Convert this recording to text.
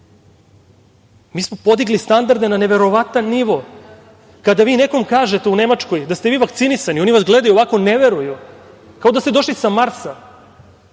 Mi smo podigli standarde na neverovatan nivo. Kada vi nekom kažete u Nemačkoj da ste vakcinisani, oni vas gledaju ovako i ne veruju, kao da ste došli sa Marsa.